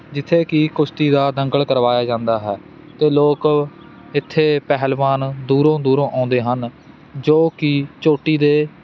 ਜਿੱਥੇ ਕਿ ਕੁਸ਼ਤੀ ਦਾ ਦੰਗਲ ਕਰਵਾਇਆ ਜਾਂਦਾ ਹੈ ਅਤੇ ਲੋਕ ਇੱਥੇ ਪਹਿਲਵਾਨ ਦੂਰੋਂ ਦੂਰੋਂ ਆਉਂਦੇ ਹਨ ਜੋ ਕਿ ਚੋਟੀ ਦੇ